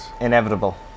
Inevitable